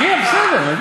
נגיע, בסדר.